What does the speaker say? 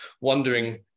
wondering